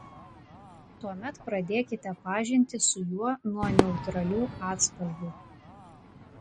tuomet pradėkite pažintį su juo nuo neutralių atspalvių